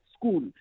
school